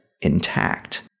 intact